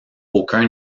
aucun